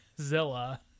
Zilla